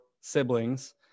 siblings